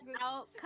out